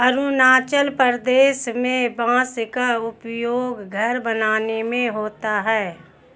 अरुणाचल प्रदेश में बांस का उपयोग घर बनाने में होता है